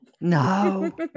No